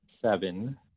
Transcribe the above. seven